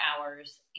hours